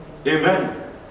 Amen